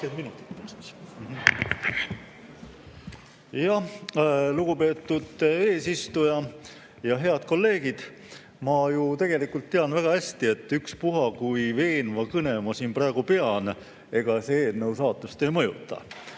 Lugupeetud eesistuja! Head kolleegid! Ma ju tegelikult tean väga hästi, et ükspuha kui veenva kõne ma siin praegu pean, ega see eelnõu saatust ei mõjuta.